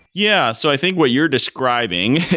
yeah. so i think what you're describing,